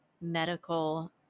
medical